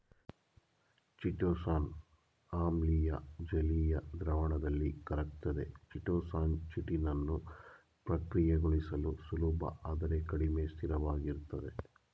chitosan ಆಮ್ಲೀಯ ಜಲೀಯ ದ್ರಾವಣದಲ್ಲಿ ಕರಗ್ತದೆ ಚಿಟೋಸಾನ್ ಚಿಟಿನನ್ನು ಪ್ರಕ್ರಿಯೆಗೊಳಿಸಲು ಸುಲಭ ಆದರೆ ಕಡಿಮೆ ಸ್ಥಿರವಾಗಿರ್ತದೆ